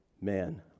man